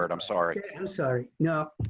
but i'm sorry, and i'm sorry. no,